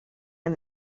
and